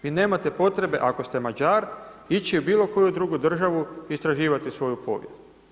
Vi nemate potrebe ako ste Mađar ići u bilo koju drugu državu istraživati svoju povijest.